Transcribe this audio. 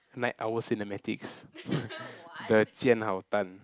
Night-Owl-Cinematics the Jianhao-Tan